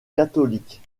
catholiques